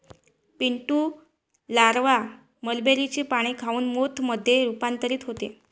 Pintu larva मलबेरीचे पाने खाऊन मोथ मध्ये रूपांतरित होते